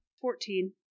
Fourteen